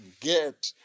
get